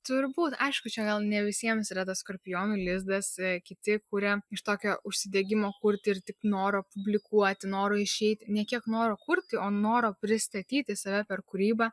turbūt aišku čia gal ne visiems yra tas skorpionų lizdas kiti kuria iš tokio užsidegimo kurti ir tik noro publikuoti noro išeiti ne kiek noro kurti o noro pristatyti save per kūrybą